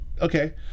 okay